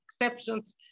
exceptions